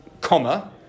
comma